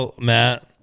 Matt